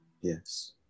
Yes